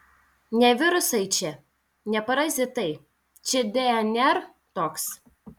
ne virusai čia ne parazitai čia dnr toks